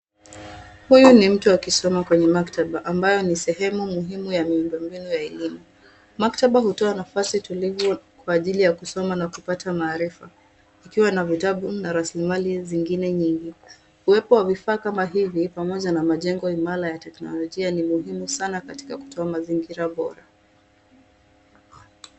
Huyu ni mtu akisoma kwenye maktaba ambayo ni sehemu muhimu ya miundo mbinu ya elimu. Maktaba hutoa nafasi tulivu kwa ajili ya kusoma na kupata maarifa ikiwa na vitabu na raslimali zingine nyingi. Uwepo wa vifaa kama hivi pamoja n majengo imara ya teknolojia ni muhimu sana katika kutoa mazingira bora.